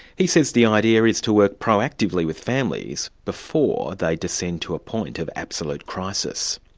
he says the idea is to work proactively with families, before they descend to a point of absolute crisis.